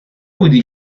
بودی